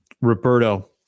Roberto